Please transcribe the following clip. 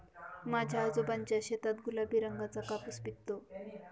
माझ्या आजोबांच्या शेतात गुलाबी रंगाचा कापूस पिकतो